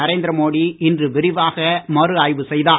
நரேந்திர மோடி இன்று விரிவாக மறுஆய்வு செய்தார்